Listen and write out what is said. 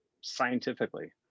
scientifically